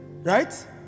right